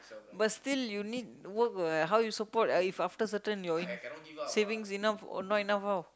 but still you need work what how you support if after certain your in saving enough not enough how